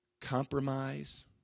compromise